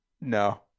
No